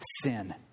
sin